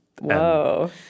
Whoa